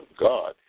God